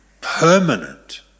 permanent